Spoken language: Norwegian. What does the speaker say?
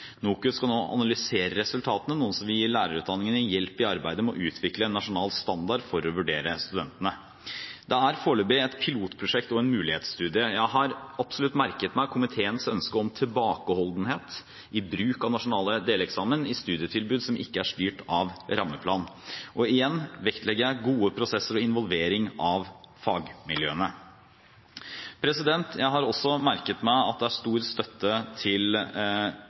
NOKUT skal nå analysere resultatene, noe som vil gi lærerutdanningene hjelp i arbeidet med å utvikle en nasjonal standard for å vurdere studentene. Det er foreløpig et pilotprosjekt og en mulighetsstudie. Jeg har absolutt merket meg komiteens ønske om tilbakeholdenhet i bruk av nasjonal deleksamen i studietilbud som ikke er styrt av rammeplan. Igjen vektlegger jeg gode prosesser og involvering av fagmiljøene Jeg har også merket meg at det er stor støtte til